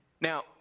Now